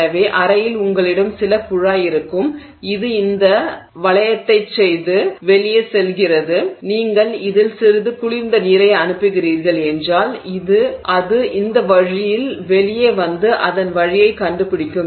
எனவே கலனில் அறையில் உங்களிடம் சில குழாய் இருக்கும் இது இந்த வலையத்தைச் சுழற்சியைச் செய்து வெளியே செல்கிறது நீங்கள் இதில் சிறிது குளிர்ந்த நீரை அனுப்புகிறீர்கள் என்றால் அது இந்த வழியில் வெளியே வந்து அதன் வழியைக் கண்டுபிடிக்கும்